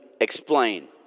explain